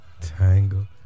tangle